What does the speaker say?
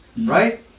right